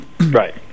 Right